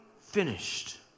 finished